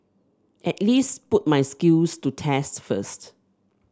at least put my skills to test first